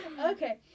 Okay